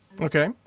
Okay